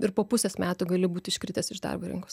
ir po pusės metų gali būt iškritęs iš darbo rinkos